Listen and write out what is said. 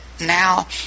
Now